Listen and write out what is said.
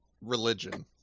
Religion